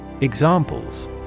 Examples